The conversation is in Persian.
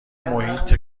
محیط